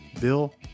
Bill